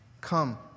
come